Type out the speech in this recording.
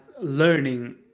learning